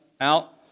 out